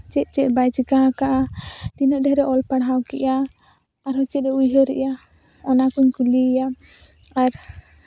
ᱪᱮᱫ ᱪᱮᱫ ᱵᱟᱭ ᱪᱤᱠᱟ ᱠᱟᱜᱼᱟ ᱛᱤᱱᱟᱹᱜ ᱰᱷᱮ ᱨ ᱮ ᱚᱞ ᱯᱟᱲᱦᱟᱣ ᱠᱮᱜᱼᱟ ᱟᱨᱦᱚᱸ ᱪᱮᱫ ᱮ ᱩᱭᱦᱟᱹᱨᱮᱜᱼᱟ ᱚᱱᱟ ᱠᱚᱧ ᱠᱩᱞᱤᱭᱮᱭᱟ ᱟᱨ